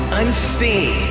unseen